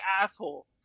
asshole